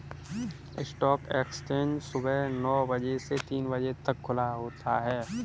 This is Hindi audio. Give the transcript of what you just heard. स्टॉक एक्सचेंज सुबह नो बजे से तीन बजे तक खुला होता है